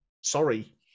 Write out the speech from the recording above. Sorry